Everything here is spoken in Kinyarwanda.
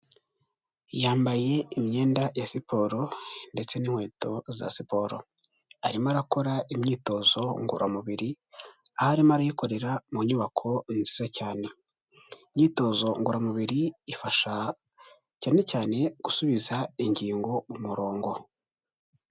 Yambaye imyenda ya siporo, ndetse n'inkweto za siporo. Arimo arakora imyitozo ngororamubiri, aho arimo arayikorera mu nyubako nziza cyane imyitozo ngororamubiri ifasha cyane cyane gusubiza ingingo umurongo.